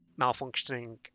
malfunctioning